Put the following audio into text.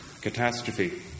catastrophe